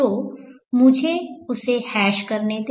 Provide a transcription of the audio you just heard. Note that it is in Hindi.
तो मुझे उन्हें हैश करने दे